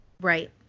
Right